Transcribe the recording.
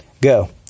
Go